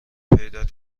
پیدات